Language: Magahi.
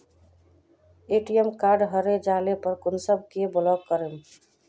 ए.टी.एम कार्ड हरे जाले पर कुंसम के ब्लॉक करूम?